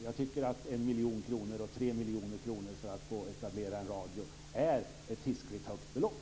Jag tycker att 1-3 miljoner kronor för att få etablera en radiokanal är ett hiskeligt högt belopp.